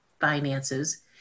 finances